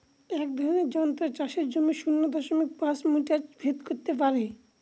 এক রকমের যন্ত্র চাষের জমির শূন্য দশমিক পাঁচ মিটার ভেদ করত পারে